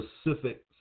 specific